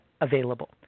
available